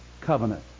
Covenant